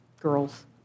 girls